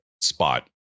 spot